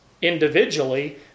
individually